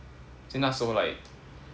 是那时候 like